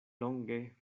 longe